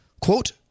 quote